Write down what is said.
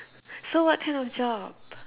so what kind of job